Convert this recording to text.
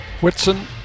Whitson